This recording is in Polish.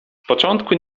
początku